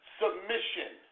submission